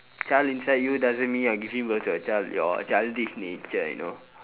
child inside you doesn't mean you are giving birth to a child your childish nature you know